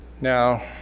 Now